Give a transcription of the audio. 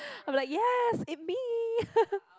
I'll be like yes it me